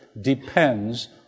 Depends